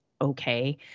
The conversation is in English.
okay